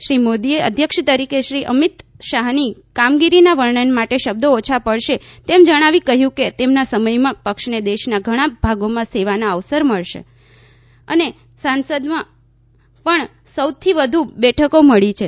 શ્રી મોદીએ અધ્યક્ષ તરીકે શ્રી અમીત શાહની કામગીરીના વર્ણન માટે શબ્દો ઓછા પડશે તેમ જણાવી કહ્યું કે તેમના સમયમાં પક્ષને દેશના ઘણા ભાગોમાં સેવાના અવસર મળ્યા છે અને સંસદમાં પણ સૌથી વધુ બેઠકો મળી છે